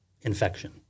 infection